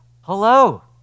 Hello